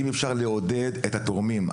אם אפשר לעודד את התורמים,